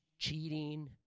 cheating